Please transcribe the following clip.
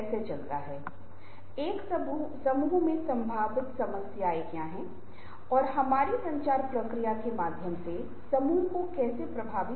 इससे पहले कि मैं शुरू करूँ हमें 10 कथन पढ़ने हैं आप बस जो भी आपके लिए लागू हो उसे चुनें